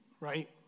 right